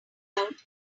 out